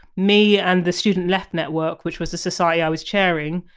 me and the student left network, which was the society i was chairing,